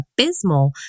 abysmal